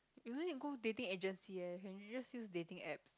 you no need to go dating agency eh can you just use dating apps